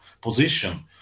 position